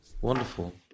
wonderful